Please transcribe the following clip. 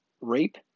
Rape